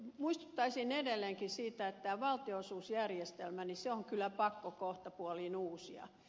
muistuttaisin edelleenkin siitä että valtionosuusjärjestelmä on kyllä pakko kohtapuoliin uusia